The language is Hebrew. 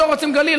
לא רוצים גליל,